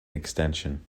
extension